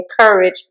encourage